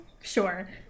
Sure